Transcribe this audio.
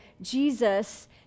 Jesus